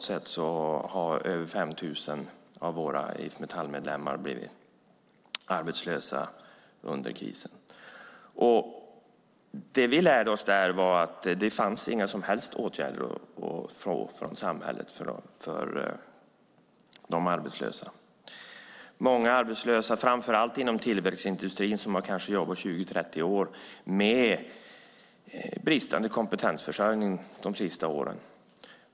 Totalt sett har över 5 000 av våra IF Metall-medlemmar blivit arbetslösa under krisen. Vi lärde oss att det fanns inga som helst åtgärder att få från samhället för de arbetslösa. Många arbetslösa har funnits i framför allt tillväxtindustrin. De har jobbat kanske 20-30 år med bristande kompetensförsörjning under de sista åren.